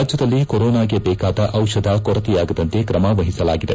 ರಾಜ್ಜದಲ್ಲಿ ಕೊರೊನಾಗೆ ಬೇಕಾದ ಔಷಧ ಕೊರತೆಯಾಗದಂತೆ ಕ್ರಮ ವಹಿಸಲಾಗಿದೆ